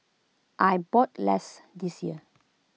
I bought less this year